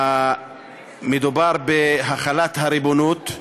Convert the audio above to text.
מדובר בהחלת הריבונות.